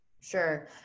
Sure